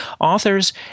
Authors